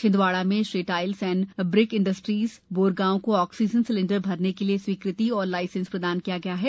छिंदवाडा में Shri tiles and brick industries Borgaon को oxygen cylinder भरने के लिये स्वीकृति और लाईसेन्स प्रदान किया गया है